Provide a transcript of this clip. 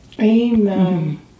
amen